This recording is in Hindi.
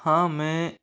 हां मैं